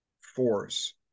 force